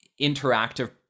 interactive